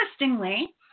interestingly